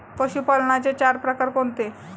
पशुपालनाचे चार प्रकार कोणते?